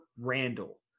Randall